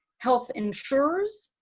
health insurers,